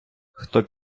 хто